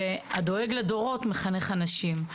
והדואג לדורות מחנך אנשים.